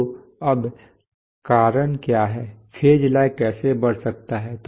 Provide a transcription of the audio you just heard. तो अब कारण क्या हैं फेज लैग कैसे बढ़ सकता है